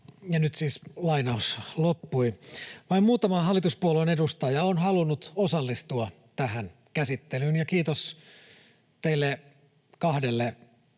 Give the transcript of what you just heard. hyvin, että vain muutama hallituspuolueen edustaja on halunnut osallistua tähän käsittelyyn, ja kiitos teille kahdelle